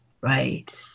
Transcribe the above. right